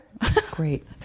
Great